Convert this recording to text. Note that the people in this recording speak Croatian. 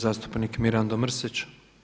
Zastupnik Mirando Mrsić.